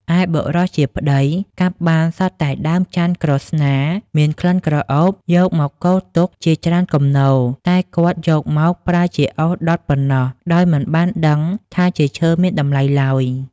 ឯបុរសជាប្តីកាប់បានសុទ្ធតែដើមចន្ទន៍ក្រស្នាមានក្លិនក្រអូបយកមកគរទុកជាច្រើនគំនរ តែគាត់យកមកប្រើជាអុសដុតប៉ុណ្ណោះដោយមិនបានដឹងថាជាឈើមានតម្លៃឡើយ។